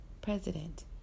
President